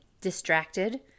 distracted